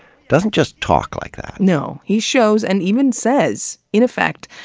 doesn't just talk like that. no. he shows, and even says, in effect,